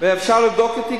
ואפשר לבדוק אותי,